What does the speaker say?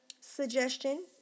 suggestion